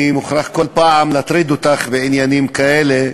אני מוכרח כל פעם להטריד אותך בעניינים כאלה,